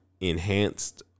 enhanced